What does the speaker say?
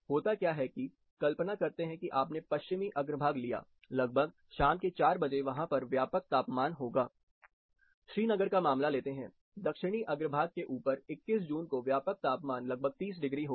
होता क्या है कि कल्पना करते हैं कि आपने पश्चिमी अग्रभाग लिया लगभग शाम के 400 बजे वहां पर व्यापक तापमान होगा श्रीनगर का मामला लेते हैं दक्षिणी अग्रभाग के ऊपर 21 जून को व्यापक तापमान लगभग 30 डिग्री होगा